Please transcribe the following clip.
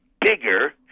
bigger